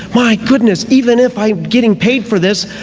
my goodness, even if i'm getting paid for this,